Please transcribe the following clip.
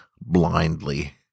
blindly